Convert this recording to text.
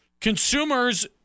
consumers